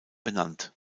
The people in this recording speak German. benannt